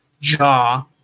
jaw